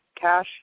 cash